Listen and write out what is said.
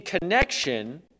connection